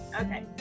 Okay